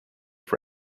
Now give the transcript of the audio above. for